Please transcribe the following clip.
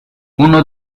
uno